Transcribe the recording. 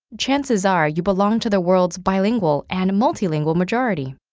chances are you belong to the world's bilingual and multilingual majority.